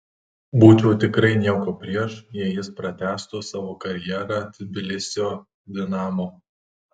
būčiau tikrai nieko prieš jei jis pratęstų savo karjerą tbilisio dinamo